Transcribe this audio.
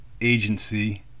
agency